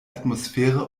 atmosphäre